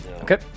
Okay